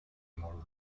مرور